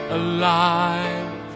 alive